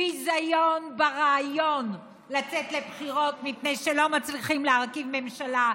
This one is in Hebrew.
ביזיון ברעיון לצאת לבחירות מפני שלא מצליחים להרכיב ממשלה,